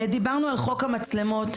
דיברנו על חוק המצלמות,